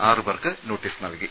ആറ് പേർക്ക് നോട്ടീസ് നൽകി